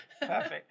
Perfect